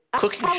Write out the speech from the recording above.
Cooking